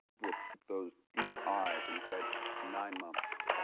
with those deep eyes and he said nine months.